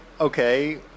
okay